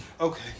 okay